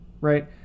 right